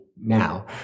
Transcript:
now